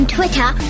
Twitter